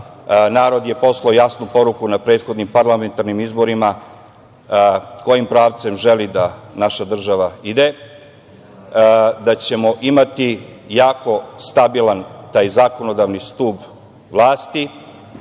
narod je poslao jasnu poruku na prethodnih parlamentarnim izborima kojim pravcem želi da naša država ide. Da ćemo imati jako stabilan taj zakonodavni stub vlasti